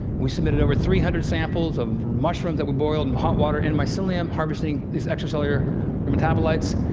we submitted over three hundred samples of mushrooms that were boiled in hot water, and mycelium harvesting these extracellular metabolites.